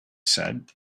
said